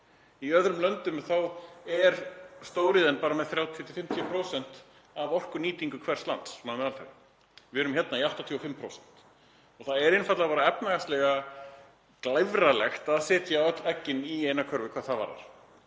Í öðrum löndum er stóriðjan með 30–50% af orkunýtingu hvers lands að meðaltali. Við erum hérna í 85%. Það er einfaldlega efnahagslega glæfralegt að setja öll eggin í eina körfu hvað það varðar.